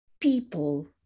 people